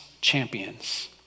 champions